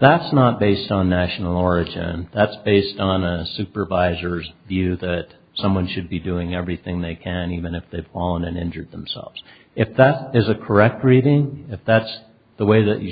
that's not based on national origin that's based on a supervisor's view that someone should be doing everything they can even if they've fallen and injured themselves if that is a correct reading if that's the way that you